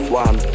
one